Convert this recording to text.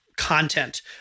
content